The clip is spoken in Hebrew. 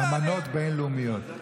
אמנות בין-לאומיות.